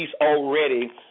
already